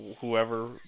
whoever